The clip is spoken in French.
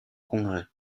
congrès